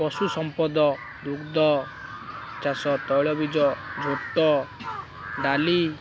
ପଶୁ ସମ୍ପଦ ଦୁଗ୍ଧ ଚାଷ ତୈଳବୀଜ ଝୋଟ ଡାଲି